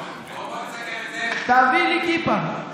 תביא לי כיפה.